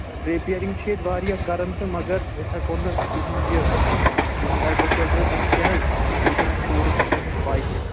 repairing چھِ ییٚتہِ واریاہ کَران تہٕ مگر أسۍ ہٮ۪کو نہٕ تِہُنٛد یہِ تِہُنٛد اٮ۪ڈرٮ۪س وٮ۪ڈرٮ۪س دِتھ کیٚنٛہہ حظ بیٚیہِ چھَنہٕ اَسہِ پوٗرٕ تہِ تَمِچ پَے کیٚنٛہہ